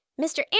Mr